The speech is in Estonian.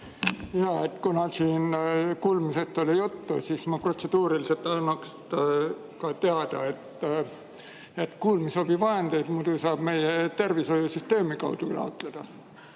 Kuna siin kuulmisest oli juttu, siis ma protseduuriliselt annaks teada, et kuulmisabivahendeid saab muidu meie tervishoiusüsteemi kaudu taotleda.